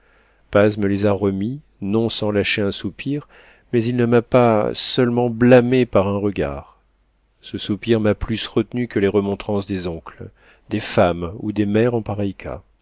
paz me les a remis non sans lâcher un soupir mais il ne m'a pas seulement blâmé par un regard ce soupir m'a plus retenu que les remontrances des oncles des femmes ou des mères en pareil cas